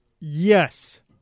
Yes